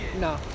No